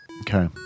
Okay